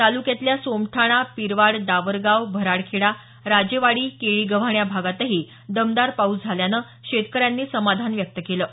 तालुक्यातल्या सोमठाणा पीरवाडी डावरगाव भराडखेडा राजेवाडी केळीगव्हाण या भागातही दमदार पाऊस झाल्याने शेतकऱ्यांनी समाधान व्यक्त केलं आहे